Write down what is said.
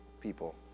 people